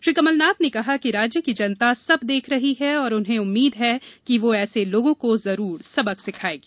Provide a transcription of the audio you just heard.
श्री कमलनाथ ने कहा कि राज्य की जनता सब देख रही है और उन्हें उम्मीद है कि वह ऐसे लोगों को जरूर सबक सिखायेगी